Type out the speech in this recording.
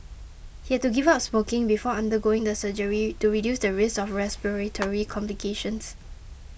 he had to give up smoking before undergoing the surgery to reduce the risk of respiratory complications